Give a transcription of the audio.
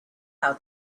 how